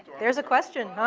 there's a question, huh?